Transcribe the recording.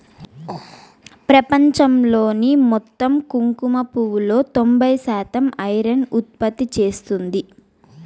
ప్రపంచంలోని మొత్తం కుంకుమ పువ్వులో తొంబై శాతం ఇరాన్ ఉత్పత్తి చేస్తాంది